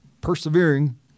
persevering